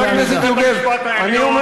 חבר הכנסת יוגב, לא בעמידה.